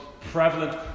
prevalent